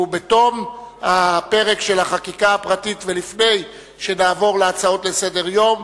ובתום הפרק של החקיקה הפרטית ולפני שנעבור להצעות לסדר-היום,